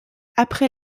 après